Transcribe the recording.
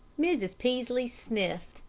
mrs. peaslee sniffed.